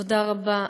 תודה רבה.